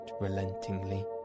relentingly